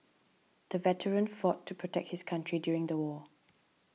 the veteran fought to protect his country during the war